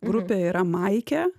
grupė yra maike